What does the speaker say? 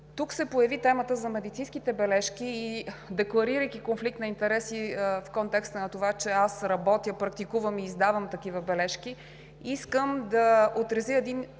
Тук се появи темата за медицинските бележки и декларирайки конфликт на интереси в контекста на това, че аз работя, практикувам и издавам такива бележки, искам да отразя един